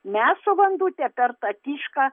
mes su vandute per tą tyšką